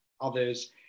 others